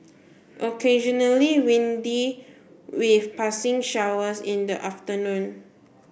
occasionally windy with passing showers in the afternoon